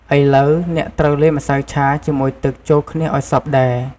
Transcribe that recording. ឥឡូវ អ្នកត្រូវលាយម្សៅឆាជាមួយទឹកចូលគ្នាឲ្យសព្វដែរ។